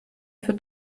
für